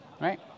right